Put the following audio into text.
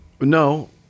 No